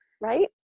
right